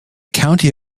county